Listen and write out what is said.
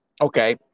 okay